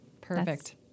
perfect